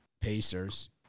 Pacers